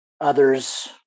Others